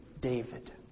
David